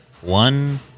One